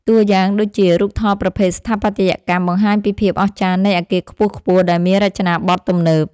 តួយ៉ាងដូចជា រូបថតប្រភេទស្ថាបត្យកម្ម បង្ហាញពីភាពអស្ចារ្យនៃអាគារខ្ពស់ៗដែលមានរចនាបថទំនើប។